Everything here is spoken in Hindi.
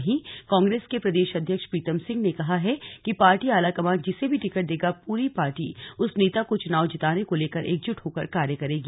वहीं कांग्रेस के प्रदेश अध्यक्ष प्रीतम सिंह ने कहा हैं कि पार्टी आलाकमान जिसे भी टिकट देगा पूरी पार्टी उस नेता को चुनाव जिताने को लेकर एकजुट होकर कार्य करेगी